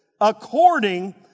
According